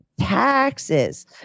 Taxes